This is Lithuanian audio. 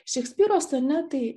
šekspyro sonetai